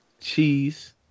cheese